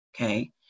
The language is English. okay